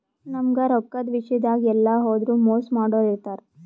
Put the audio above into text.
ನಮ್ಗ್ ರೊಕ್ಕದ್ ವಿಷ್ಯಾದಾಗ್ ಎಲ್ಲ್ ಹೋದ್ರು ಮೋಸ್ ಮಾಡೋರ್ ಇರ್ತಾರ